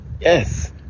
Yes